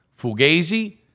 Fugazi